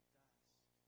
dust